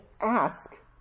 ask